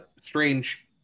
Strange